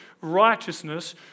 righteousness